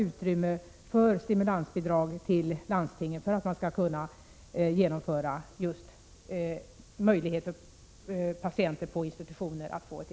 Det får man väl diskutera och anvisa medel till på annat sätt.